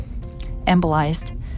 embolized